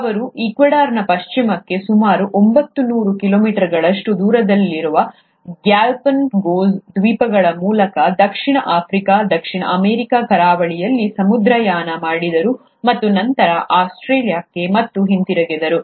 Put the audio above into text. ಅವರು ಈಕ್ವೆಡಾರ್ನ ಪಶ್ಚಿಮಕ್ಕೆ ಸುಮಾರು ಒಂಬತ್ತು ನೂರು ಕಿಲೋಮೀಟರ್ಗಳಷ್ಟು ದೂರದಲ್ಲಿರುವ ಗ್ಯಾಲಪಗೋಸ್ ದ್ವೀಪಗಳ ಮೂಲಕ ದಕ್ಷಿಣ ಆಫ್ರಿಕಾ ದಕ್ಷಿಣ ಅಮೆರಿಕಾದ ಕರಾವಳಿಯಲ್ಲಿ ಸಮುದ್ರಯಾನ ಮಾಡಿದರು ಮತ್ತು ನಂತರ ಆಸ್ಟ್ರೇಲಿಯಾಕ್ಕೆ ಮತ್ತು ಹಿಂತಿರುಗಿದರು